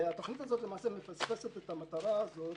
התוכנית הזאת מפספסת את המטרה הזאת,